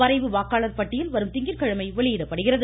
வரைவு வாக்காளர் பட்டியல் வரும் திங்கட்கிழமை வெளியிடப்படுகிறது